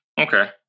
Okay